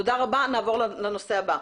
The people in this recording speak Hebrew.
תודה רבה נעבור לנושא הבא.